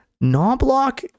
knoblock